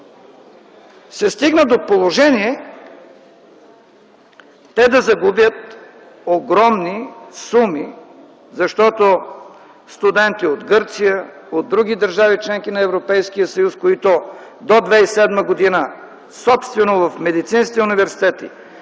се стигна до положение те да загубят огромни суми. Защото студенти от Гърция, от други държави – членки на Европейския съюз, които до 2007 г., собствено в Медицинския университет,